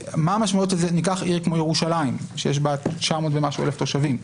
ניקח עיר כמו ירושלים שיש בה למעלה מ-900,000 תושבים.